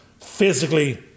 physically